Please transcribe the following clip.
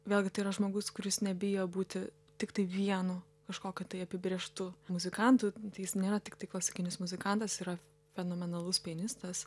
vėlgi tai yra žmogus kuris nebijo būti tiktai vienu kažkokiu tai apibrėžtu muzikantu tai jis nėra tiktai klasikinis muzikantas jis yra fenomenalus pianistas